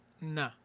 No